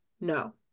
no